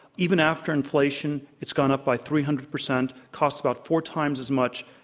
even after inflation, it's gone up by three hundred percent. costs about four times as much.